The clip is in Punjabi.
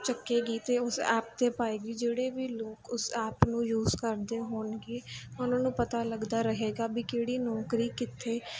ਚੱਕੇਗੀ ਅਤੇ ਉਸ ਐਪ 'ਤੇ ਪਾਏਗੀ ਜਿਹੜੇ ਵੀ ਲੋਕ ਉਸ ਆਪ ਨੂੰ ਯੂਸ ਕਰਦੇ ਹੋਣਗੇ ਉਹਨਾਂ ਨੂੰ ਪਤਾ ਲੱਗਦਾ ਰਹੇਗਾ ਵੀ ਕਿਹੜੀ ਨੌਕਰੀ ਕਿੱਥੇ